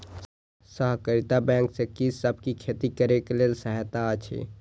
सहकारिता बैंक से कि सब खेती करे के लेल सहायता अछि?